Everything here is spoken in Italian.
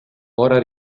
ora